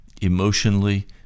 emotionally